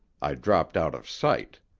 i dropped out of sight.